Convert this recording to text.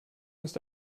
ist